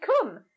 come